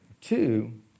Two